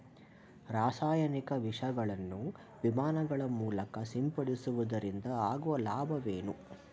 ರಾಸಾಯನಿಕ ವಿಷಗಳನ್ನು ವಿಮಾನಗಳ ಮೂಲಕ ಸಿಂಪಡಿಸುವುದರಿಂದ ಆಗುವ ಲಾಭವೇನು?